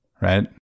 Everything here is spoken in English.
right